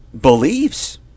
believes